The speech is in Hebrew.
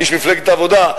איש מפלגת העבודה,